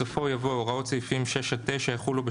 בסופו יבוא "הוראות סעיפים 6 עד 9 יחולו,